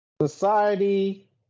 Society